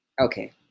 okay